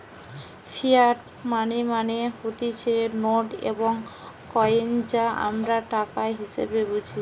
fiat money মানে হতিছে note এবং কইন যা আমরা টাকা হিসেবে বুঝি